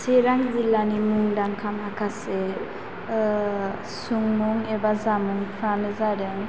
चिरां जिल्लानि मुंदांखा माखासे सुंमुं एबा जामुंफ्रानो जादों